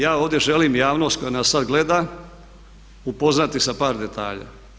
Ja ovdje želim javnost koja nas sad gleda upoznati sa par detalja.